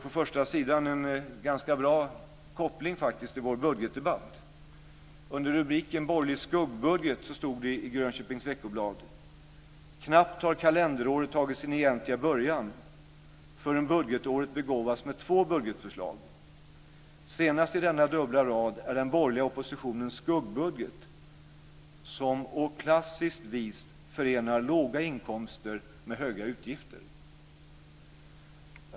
På första sidan såg jag en ganska bra koppling till vår budgetdebatt. Under rubriken Borgerlig skuggbudget! stod det i Grönköpings Veckoblad: "Knappt har kalenderåret tagit sin egentliga början, förrän budgetåret begåvats med två budgetförslag. Senast i denna dubbla rad är den borgerliga oppositionens skuggbudget, som å klassiskt vis förenar låga inkomster med höga utgifter."